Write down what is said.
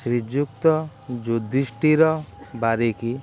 Shriyukta Yudhishthir Barik